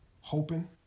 hoping